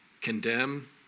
condemn